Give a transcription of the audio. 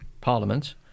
Parliament